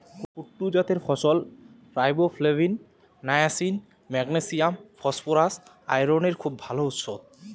কুট্টু জাতের ফসল riboflavin, niacin, magnesium, phosphorus, আয়রনের খুব ভাল উৎস